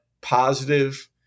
positive